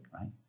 right